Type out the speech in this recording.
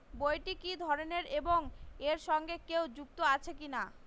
বইটি কি ধরনের এবং এর সঙ্গে কেউ যুক্ত আছে কিনা?